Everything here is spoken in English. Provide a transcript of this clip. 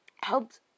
helped